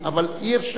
אבל אי-אפשר.